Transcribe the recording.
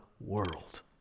world